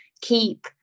keep